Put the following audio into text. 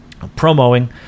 promoing